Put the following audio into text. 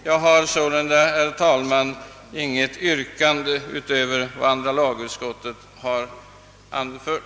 Jag ställer sålunda, herr talman, inget yrkande utöver vad andra lagutskottet anfört.